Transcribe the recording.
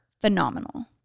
phenomenal